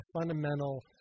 fundamental